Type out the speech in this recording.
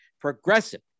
Progressive